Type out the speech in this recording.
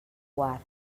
guard